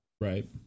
Right